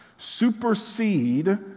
supersede